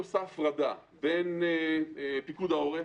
היא עושה הפרדה בין פיקוד העורף,